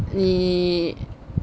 你